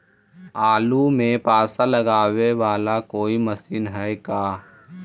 आलू मे पासा लगाबे बाला कोइ मशीन है का?